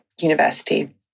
university